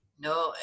No